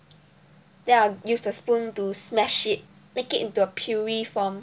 then I will use the spoon to smash it make it into a puree form